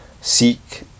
seek